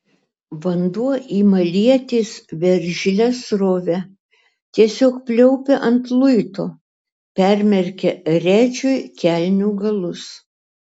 vanduo ima lietis veržlia srove tiesiog pliaupia ant luito permerkia redžiui kelnių galus